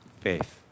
Faith